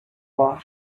war